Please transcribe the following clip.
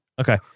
Okay